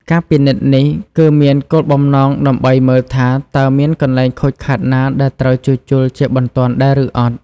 ការពិនិត្យនេះគឺមានគោលបំណងដើម្បីមើលថា តើមានកន្លែងខូចខាតណាដែលត្រូវជួសជុលជាបន្ទាន់ដែរឬអត់។